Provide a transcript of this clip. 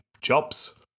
jobs